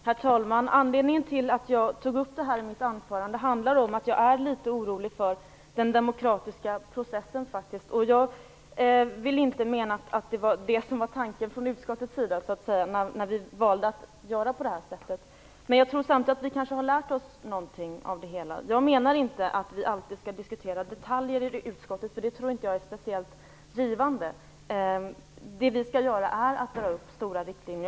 Herr talman! Anledningen till att jag tog upp denna fråga i mitt anförande är att jag är litet orolig för den demokratiska processen. Jag menar inte att tanken från utskottets sida var att åsidosätta denna när vi valde att göra på detta sätt, men jag tror samtidigt att vi har lärt oss någonting av det hela. Jag menar inte att vi alltid skall diskutera detaljer i utskottet, för det tror jag inte är speciellt givande. Det vi skall göra är att dra upp stora riktlinjer.